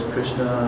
Krishna